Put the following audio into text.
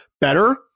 better